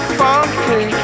funky